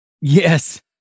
Yes